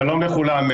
שלום לכולם.